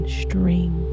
string